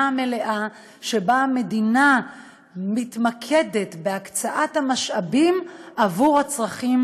המלאה של איך המדינה מתמקדת בהקצאת המשאבים עבור הצרכים,